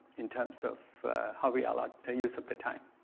in terms of how we allot the use of the time.